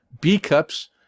B-Cups